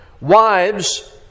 Wives